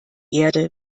erde